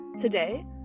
Today